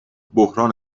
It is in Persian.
بحران